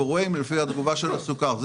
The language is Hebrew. אבל הרבה יותר קל לעבור מסוכר למשקאות